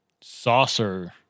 saucer